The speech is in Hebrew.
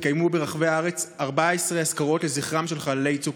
יתקיימו ברחבי הארץ 14 אזכרות לזכרם של חללי צוק